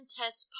test